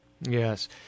Yes